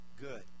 good